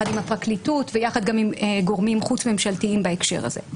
יחד עם הפרקליטות ויחד עם גורמים חוץ-ממשלתיים בהקשר הזה,